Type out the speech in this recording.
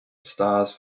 stars